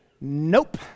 Nope